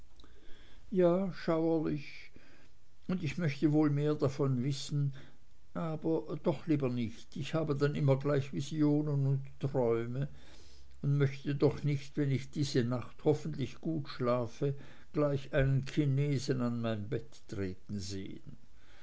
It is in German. ja schauerlich und ich möchte wohl mehr davon wissen aber doch lieber nicht ich habe dann immer gleich visionen und träume und möchte doch nicht wenn ich diese nacht hoffentlich gut schlafe gleich einen chinesen an mein bett treten sehen